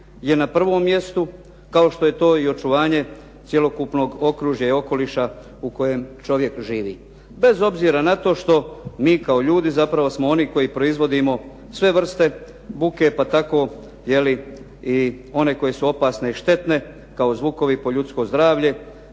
je na prvom mjestu, kao što je to i očuvanje cjelokupnog okružja i okoliša u kojem čovjek živi. Bez obzira što mi kao ljudi zapravo smo oni koji proizvodimo sve vrste buke pa tako i one koje su opasne i štete kao zvukovi po ljudsko zdravlje